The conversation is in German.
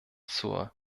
zur